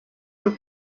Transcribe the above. were